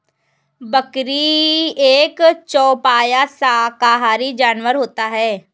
बकरी एक चौपाया शाकाहारी जानवर होता है